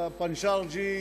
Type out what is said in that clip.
ובנשרג'י,